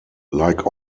like